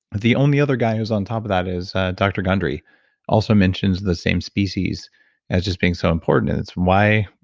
the only other guy who's on top of that is dr. gundry also mentions the same species as just being so important. and it's why